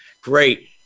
Great